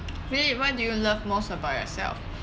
phillip what do you love most about yourself